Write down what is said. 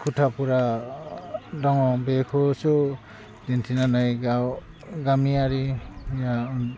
खोथाफोरा दङ बेखौसो दिन्थिनानै गाव गामियारिया